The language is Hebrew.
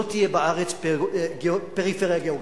לא תהיה בארץ פריפריה גיאוגרפית.